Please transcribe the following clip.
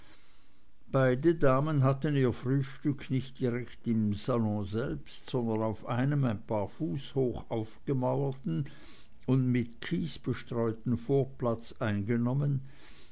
beide damen hatten ihr frühstück nicht im salon selbst sondern auf einem ein paar fuß hoch aufgemauerten und mit kies bestreuten vorplatz eingenommen